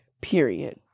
Period